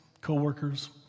co-workers